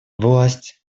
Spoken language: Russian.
власть